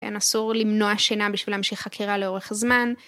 אין אסור למנוע שינה בשביל להמשיך חקירה לאורך הזמן.